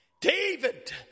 David